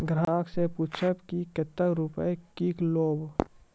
ग्राहक से पूछब की कतो रुपिया किकलेब?